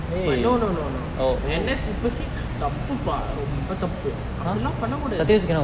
but no no no no N_S தப்பு பா ரொம்ப தப்பு அப்டிலாம் பண்ண கூடாது:thappu pa romba thappu apdilaam panne koodaathu